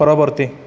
ପରବର୍ତ୍ତୀ